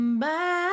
Bye